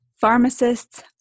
pharmacists